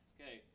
Okay